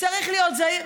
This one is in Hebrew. צריך להיות זהיר.